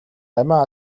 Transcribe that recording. амиа